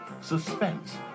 suspense